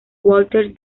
walter